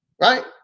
Right